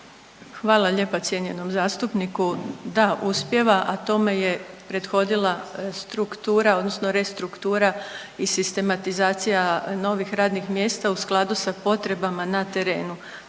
razumije zbog najave./… zastupniku. Da, uspijeva, a tome je prethodila struktura odnosno restruktura i sistematizacija novih radnih mjesta u skladu sa potrebama na terenu,